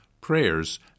prayers